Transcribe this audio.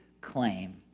claim